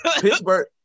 Pittsburgh